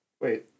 Wait